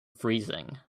freezing